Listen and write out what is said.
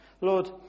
Lord